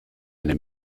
eine